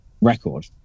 record